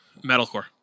Metalcore